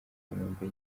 kanombe